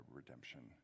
redemption